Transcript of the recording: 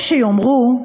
יש שיאמרו: